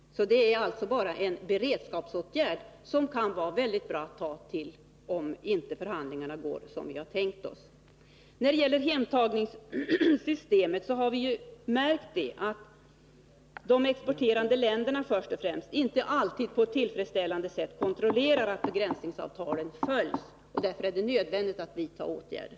Det är alltså bara en beredskapsåtgärd, som kan vara bra för den händelse förhandlingarna inte går som vi har tänkt OSS. När det gäller hemtagningssystemet har vi märkt att de exporterande länderna inte alltid på ett tillfredsställande sätt kontrollerar att begränsningsavtalen följs. Därför är det nödvändigt att vidta åtgärder.